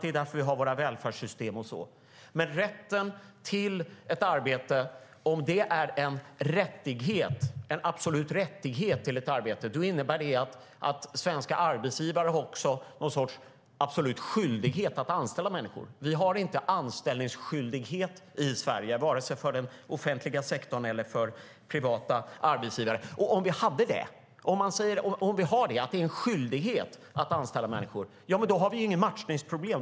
Det är därför vi har våra välfärdssystem. Men om rätten till ett arbete är en absolut rättighet till ett arbete innebär det att svenska arbetsgivare också har någon sorts absolut skyldighet att anställa människor. Vi har inte anställningsskyldighet i Sverige vare sig för den offentliga sektorn eller för privata arbetsgivare. Och om det är en skyldighet att anställa människor, ja, men då har vi inga matchningsproblem.